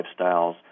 lifestyles